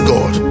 God